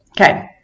okay